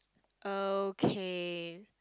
okay